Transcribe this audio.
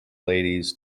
ladies